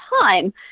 time